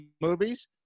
movies